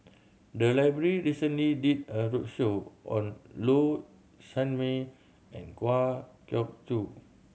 the library recently did a roadshow on Low Sanmay and Kwa Geok Choo